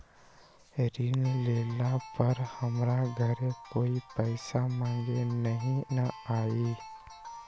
ऋण लेला पर हमरा घरे कोई पैसा मांगे नहीं न आई?